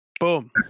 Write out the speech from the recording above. Boom